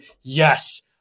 Yes